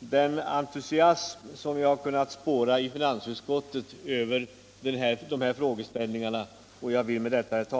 den entusiasm som jag har kunnat spåra — Hinusreform i finansutskottet för en inomregional lösning, och jag vill med detta,